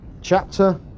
chapter